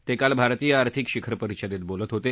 ते काल भारतीय आर्थिक शिखर परिषदेत बोलत होते